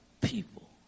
people